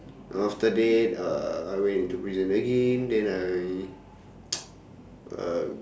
after that uh I went into prison again then I uh